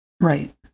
Right